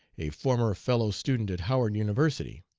a former fellow-student at howard university.